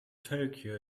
tokyo